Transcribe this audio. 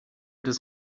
does